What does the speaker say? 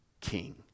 king